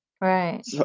Right